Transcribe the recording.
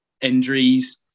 injuries